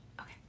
Okay